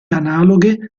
analoghe